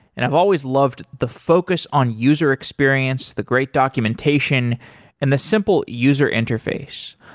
and i've always loved the focus on user experience, the great documentation and the simple user interface.